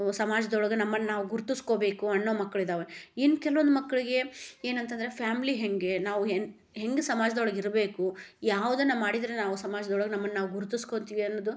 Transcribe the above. ಸಮಾಜ್ದೊಳಗೆ ನಮ್ಮನ್ನಾವು ಗುರುತಿಸ್ಕೊಬೇಕು ಅನ್ನೋ ಮಕ್ಳಿದ್ದಾವೆ ಇನ್ನು ಕೆಲ್ವೊಂದು ಮಕ್ಕಳಿಗೆ ಏನಂತಂದ್ರೆ ಫ್ಯಾಮಿಲಿ ಹೇಗೆ ನಾವು ಹೆಂಗೆ ಸಮಾಜದೊಳಗಿರ್ಬೇಕು ಯಾವ್ದನ್ನು ಮಾಡಿದರೆ ನಾವು ಸಮಾಜ್ದೊಳಗೆ ನಮ್ಮನ್ನಾವು ಗುರ್ತಸ್ಕೊತೀವಿ ಅನ್ನೋದು